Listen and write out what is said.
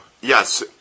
yes